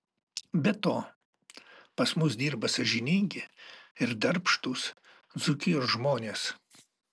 be to pas mus dirba sąžiningi ir darbštūs dzūkijos žmonės